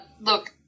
Look